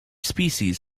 species